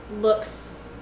looks